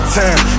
time